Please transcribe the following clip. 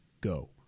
go